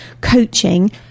coaching